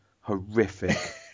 horrific